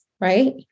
right